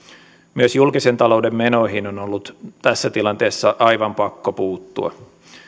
myös julkisen talouden menoihin on ollut tässä tilanteessa aivan pakko puuttua